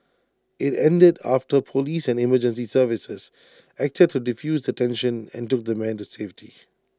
IT ended after Police and emergency services acted to defuse the tension and took the man to safety